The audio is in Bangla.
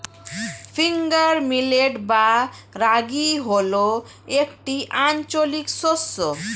ফিঙ্গার মিলেট বা রাগী হল একটি আঞ্চলিক শস্য